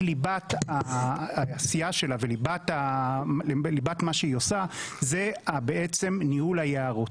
ליבת העשייה שלה וליבת מה שהיא עושה זה ניהול היערות.